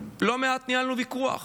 לא מעט ניהלנו ויכוח.